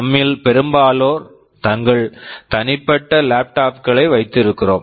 நம்மில் பெரும்பாலோர் தங்கள் தனிப்பட்ட லேப்டாப் laptop களை வைத்திருக்கிறோம்